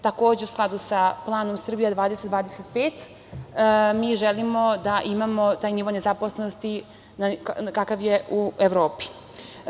Takođe u skladu sa planom „Srbija 20-25“ mi želimo da imamo taj nivo nezaposlenosti kakav je u Evropi.